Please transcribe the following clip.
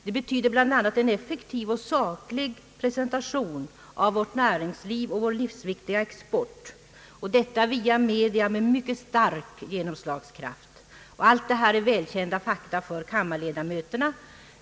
Det betyder bl.a. en effektiv och saklig presentation av vårt näringsliv och vår livsviktiga export, och detta via media med mycket stor genomslagskraft. Allt detta är välkända fakta för kammarledamöterna.